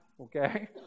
Okay